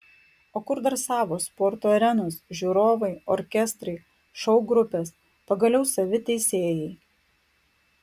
o kur dar savos sporto arenos žiūrovai orkestrai šou grupės pagaliau savi teisėjai